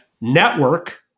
Network